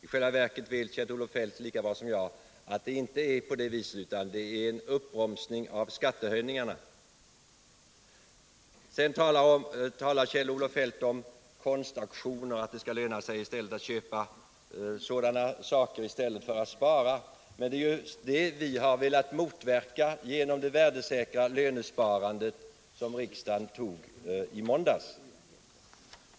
I själva verket vet Kjell Olof Feldt lika bra som jag att det inte är på det viset, utan det gäller en uppbromsning av skattehöjningarna. Kjell-Olof Feldt talar om konstauktioner och att det kan löna sig att köpa sådana saker i stället för att spara. Men det är ju just det vi velat motverka genom det värdesäkra lönsparandet, som riksdagen fattade beslut om i måndags.